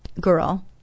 girl